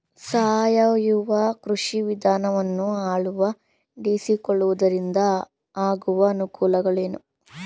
ಸಾವಯವ ಕೃಷಿ ವಿಧಾನವನ್ನು ಅಳವಡಿಸಿಕೊಳ್ಳುವುದರಿಂದ ಆಗುವ ಅನುಕೂಲಗಳೇನು?